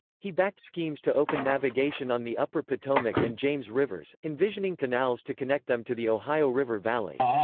he backed schemes to open navigation on the upper potomac and james rivers, envisioning canals to connect them to the ohio river valley.